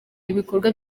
ibikorwa